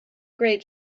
great